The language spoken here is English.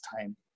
time